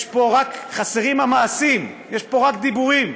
חסרים המעשים, יש פה רק דיבורים,